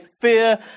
fear